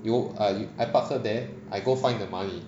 you err I park her there I go find the money